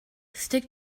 stick